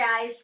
guys